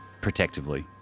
protectively